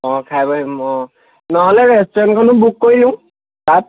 অঁ খাই বৈ আহিম অঁ নহ'লে ৰেষ্টুৰেণ্টখনো বুক কৰি দিওঁ তাত